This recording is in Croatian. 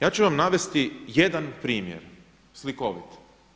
Ja ću vam navesti jedan primjer slikovit.